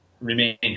remain